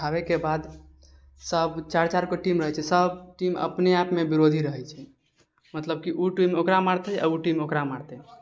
उठाबैके बाद सभ चारि चारिगो टीम रहै छै सभ टीम अपने अपने आपमे विरोधी रहै छै मतलब कि ओ टीम ओकरा मारतै आ ओ टीम ओकरा मारतै